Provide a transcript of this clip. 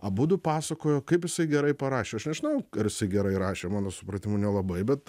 abudu pasakojo kaip jisai gerai parašė aš nežinau ar jisai gerai rašė mano supratimu nelabai bet